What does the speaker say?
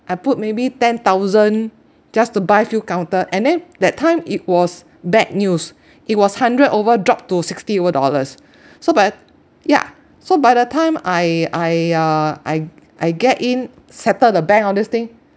I put maybe ten thousand just to buy few counter and then that time it was bad news it was hundred over dropped to sixty over dollars so but yeah so by the time I I uh I I get in settle the bank all this thing